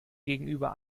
gegenüber